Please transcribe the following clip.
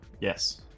Yes